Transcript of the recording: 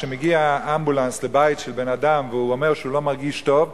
כשמגיע אמבולנס לבית של אדם והוא אומר שהוא לא מרגיש טוב,